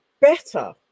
better